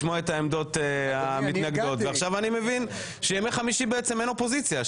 לשמוע את העמדות המתנגדות ועכשיו אני מבין שבימי חמישי אין אופוזיציה.